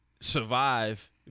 survive